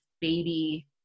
baby